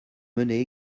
menait